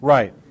Right